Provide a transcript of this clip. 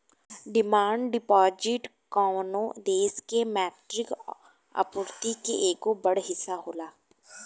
demand deposit कवनो देश के मौद्रिक आपूर्ति के एगो बड़ हिस्सा होला